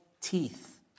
Teeth